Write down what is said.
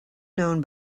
known